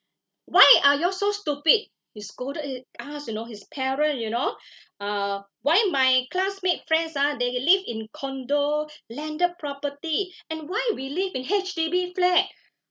why are you all so stupid he scolded at us you know his parents you know uh why my classmate friends ah they live in condo landed property and why we live in H_D_B flat